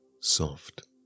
soft